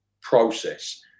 process